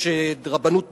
יש רבנות בצבא,